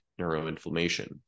neuroinflammation